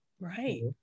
right